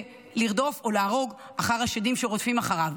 לרדוף או להרוג אחר השדים שרודפים אחריו.